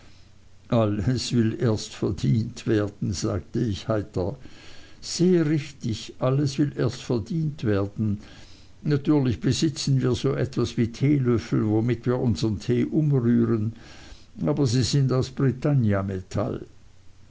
will erst verdient werden sagte ich heiter sehr richtig alles will erst verdient werden natürlich besitzen wir so etwas wie teelöffel womit wir unsern tee umrühren aber sie sind aus